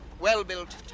well-built